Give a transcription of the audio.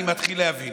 אני מתחיל להבין.